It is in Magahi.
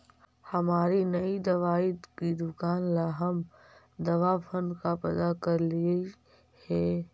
हमारी नई दवाई की दुकान ला हम दवा फण्ड का पता करलियई हे